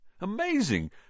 Amazing